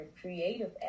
creative